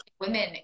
Women